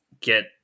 get